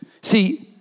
See